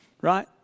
Right